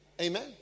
Amen